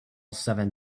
seven